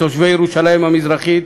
מתושבי ירושלים המזרחית,